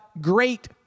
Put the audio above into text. great